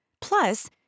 Plus